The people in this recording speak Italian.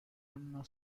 hanno